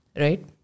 right